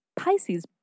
Pisces